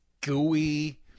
gooey